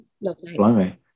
Lovely